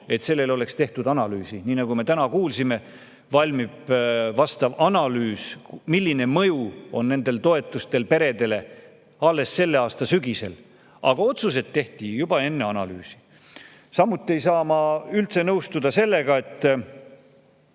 et oleks tehtud analüüsi. Nii nagu me täna kuulsime, valmib vastav analüüs, milline mõju on nendel toetustel peredele, alles selle aasta sügisel. Aga otsused tehti juba enne analüüsi. Samuti ei saa ma üldse nõustuda sellega, et